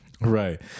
Right